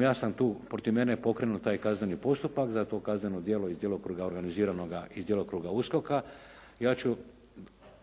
Ja sam tu, protiv mene je pokrenut taj kazneni postupak za to kazneno djelo iz djelokruga organiziranoga, iz djelokruga USKOK-a. Ja ću